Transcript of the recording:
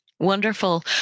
Wonderful